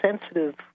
sensitive